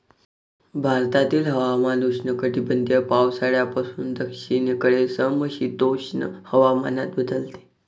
भारतातील हवामान उष्णकटिबंधीय पावसाळ्यापासून दक्षिणेकडील समशीतोष्ण हवामानात बदलते